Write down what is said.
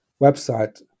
website